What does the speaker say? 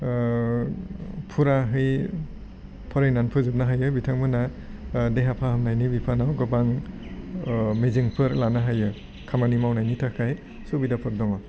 फुराहै फरायनानै फोजोबनो हायो बिथांमोनहा देहा फाहामनायनि बिफानाव गोबां मिजिंफोर लानो हायो खामानि मावनायनि थाखाय सुबिदाफोर दङ